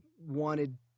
wanted